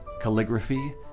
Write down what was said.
calligraphy